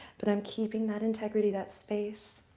but i'm keeping that integrity. that space.